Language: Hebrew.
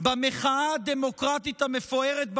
במחאה הדמוקרטית המפוארת ברחובות,